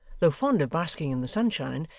though fond of basking in the sunshine,